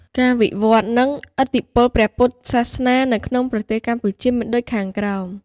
ការវិវឌ្ឍន៍ និងឥទ្ធិពលព្រះពុទ្ធសាសនានៅក្នុងប្រទេសកម្ពុជាមានដូចខាងក្រោម។